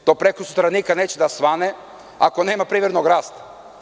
To prekosutra neće nikada da svane, ako nema privrednog rasta.